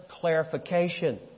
clarification